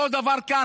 אותו דבר כאן.